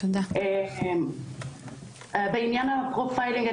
בעניין הפרופיילינג,